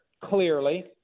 clearly